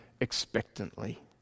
expectantly